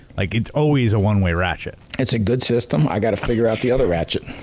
like it's always a one way ratchet. it's a good system, i gotta figure out the other ratchet.